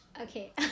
okay